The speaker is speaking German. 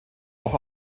dort